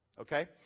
Okay